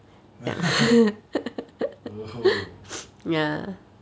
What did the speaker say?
oh